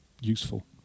useful